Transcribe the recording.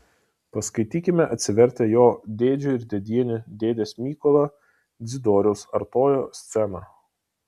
paskaitykime atsivertę jo dėdžių ir dėdienių dėdės mykolo dzidoriaus artojo sceną